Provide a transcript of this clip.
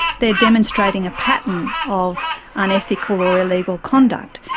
they are demonstrating a pattern of unethical or illegal conduct.